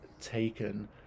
taken